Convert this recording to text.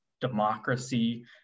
democracy